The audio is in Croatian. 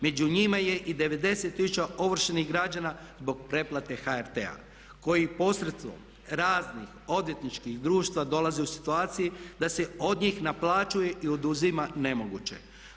Među njima je i 90 tisuća ovršenih građana zbog preplate HRT-a koji posredstvom raznih odvjetničkih društava dolaze u situaciju da se od njih naplaćuje i oduzima nemoguće.